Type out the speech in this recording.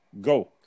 Go